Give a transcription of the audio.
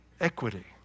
equity